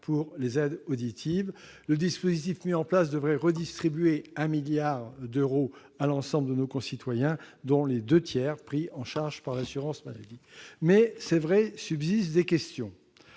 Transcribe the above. pour les aides auditives. Le dispositif prévu devrait redistribuer un milliard d'euros à l'ensemble de nos concitoyens, dont les deux tiers pris en charge par l'assurance maladie. Toutefois, il est vrai que des questions